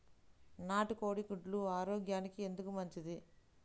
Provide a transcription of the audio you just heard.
నాటు కోడి గుడ్లు ఆరోగ్యానికి ఎందుకు మంచిది?